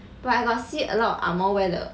but I got see a lot of ang moh wear the